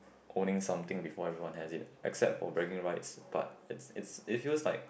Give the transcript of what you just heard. owning something before everyone has it except for bragging rights but it's it's it feels like